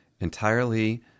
entirely